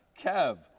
Kev